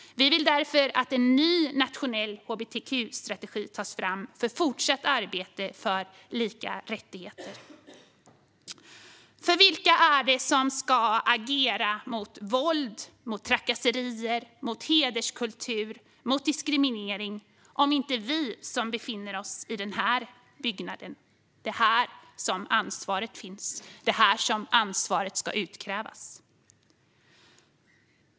Vi vill därför att en ny nationell hbtq-strategi tas fram för fortsatt arbete för lika rättigheter. Vilka är det som ska agera mot våld, trakasserier, hederskultur och diskriminering om inte vi som befinner oss i den här byggnaden? Det är här som ansvaret finns. Det är här som ansvaret ska utkrävas.